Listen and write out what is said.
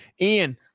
Ian